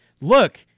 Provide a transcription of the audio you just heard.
Look